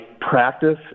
practice